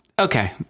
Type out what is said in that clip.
Okay